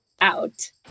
out